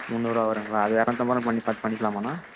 முந்நூறுபா வரும்ங்களா அது இரநூத்தம்பது ரூபா பண்ணி பார்த்து பண்ணிக்கலாமாண்ணா